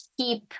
keep